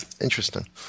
interesting